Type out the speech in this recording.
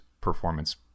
performance